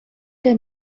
der